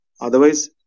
Otherwise